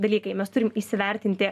dalykai mes turim įsivertinti